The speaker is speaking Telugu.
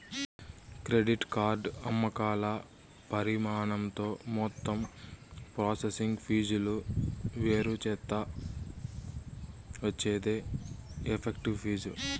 క్రెడిట్ కార్డు అమ్మకాల పరిమాణంతో మొత్తం ప్రాసెసింగ్ ఫీజులు వేరుచేత్తే వచ్చేదే ఎఫెక్టివ్ ఫీజు